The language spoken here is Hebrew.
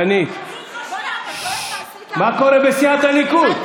דנית, מה קורה בסיעת הליכוד?